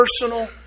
personal